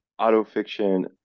autofiction